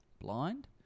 blind